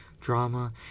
drama